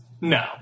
No